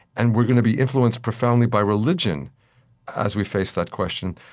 and we're going to be influenced profoundly by religion as we face that question,